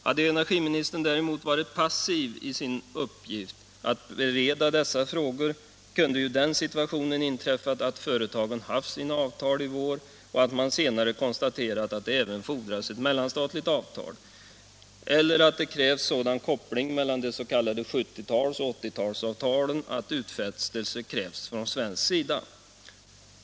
Hade energiministern däremot varit passiv i sin uppgift att bereda dessa frågor, kunde ju den situationen ha inträffat att företagen haft sina avtal och att man senare konstaterat att det även fordrats ett mellanstatligt avtal, eller att det krävts sådan koppling mellan de s.k. 70-talsoch 80-talsavtalen, att utfästelse krävts från svensk sida.